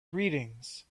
greetings